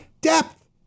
Depth